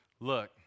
Look